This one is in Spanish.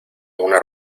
una